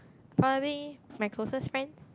probably my closest friends